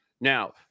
Now